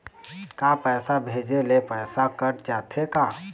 का पैसा भेजे ले पैसा कट जाथे का?